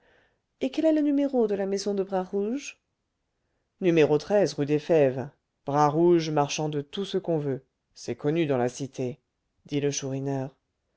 et quel est le numéro de la maison de bras rouge n rue des fèves bras rouge marchand de tout ce qu'on veut c'est connu dans la cité dit